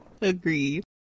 Agreed